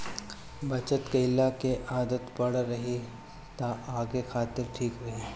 बचत कईला के आदत पड़ल रही त आगे खातिर ठीक रही